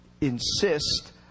insist